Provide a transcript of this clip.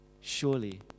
surely